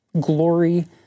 glory